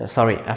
Sorry